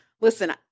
Listen